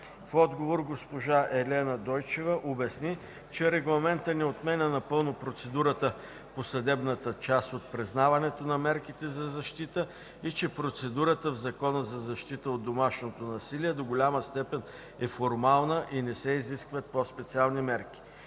В отговор, госпожа Елена Дойчева обясни, че Регламентът не отменя напълно процедурата по съдебната част от признаването на мерките за защита и че процедурата в Закона за защита от домашното насилие до голяма степен е формална и не се изискват по-специални мерки.